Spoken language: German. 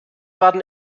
werden